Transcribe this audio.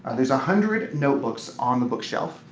there's a hundred notebooks on the bookshelf,